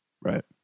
Right